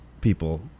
people